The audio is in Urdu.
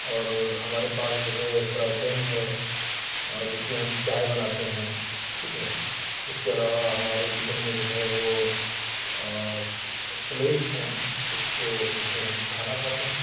اور ہمارے پاس جو ہے فرائی پین ہے جس میں ہم چائے بناتے ہیں ٹھیک ہے اس کے علاوہ ہمارے کچن میں جو ہے وہ پلیٹس ہیں جس کو جس میں ہم کھانا کھاتے ہیں